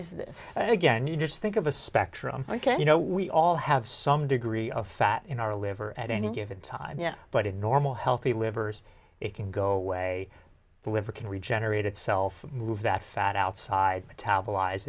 this again you just think of a spectrum ok you know we all have some degree of fat in our liver at any given time yeah but in normal healthy livers it can go away the liver can regenerate itself move that fat outside metabolize